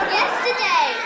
yesterday